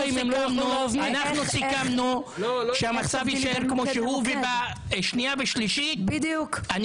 אנחנו סיכמנו שהמצב יישאר כמו שהוא ובשנייה ושלישית אני